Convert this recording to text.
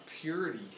purity